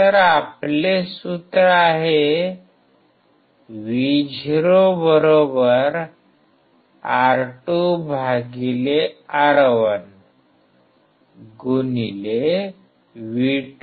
तर आपले सूत्र आहे Vo R2R1